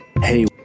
hey